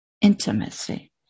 intimacy